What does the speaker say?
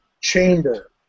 chamber